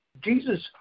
Jesus